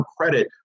credit